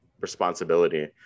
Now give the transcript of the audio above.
responsibility